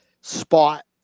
spot